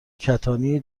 کتانی